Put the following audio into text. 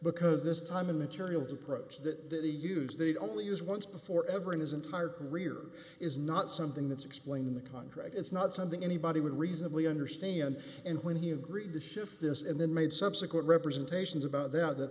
because this time the materials approach that he use the only use once before ever in his entire career is not something that's explaining the contract is not something anybody would reasonably understand and when he agreed to shift this and then made subsequent representations about that the